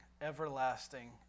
everlasting